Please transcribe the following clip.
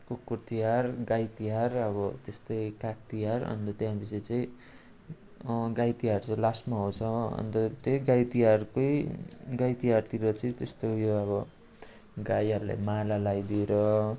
कुकुरतिहार गाईतिहार अब त्यस्तै कागतिहार अनि त्यहाँपछि चाहिँ गाईतिहार चाहिँ लास्टमा आउँछ हो अन्त त्यही गाईतिहारकै गाईतिहारतिर चाहिँ त्यस्तो उयो अब गाईहरूलाई माला लगाइदिएर